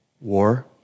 war